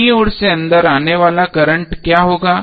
बाईं ओर से अंदर आने वाला करंट क्या होगा